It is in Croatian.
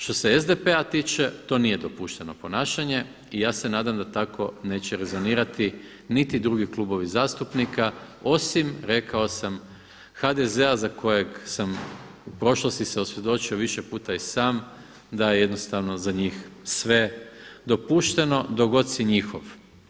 Što se SDP-a tiče to nije dopušteno ponašanje i ja se nadam da tako neće rezonirati niti drugi klubovi zastupnika, osim rekao sam HDZ-a za kojeg sam u prošlosti se osvjedočio više puta i sam da je jednostavno za njih sve dopušteno dok god si njihov.